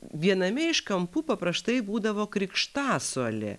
viename iš kampų paprastai būdavo krikštasuolė